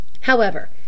However